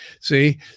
See